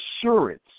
assurance